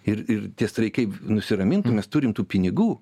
ir ir tie streikai nusiramintų mes turim tų pinigų